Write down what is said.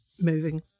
moving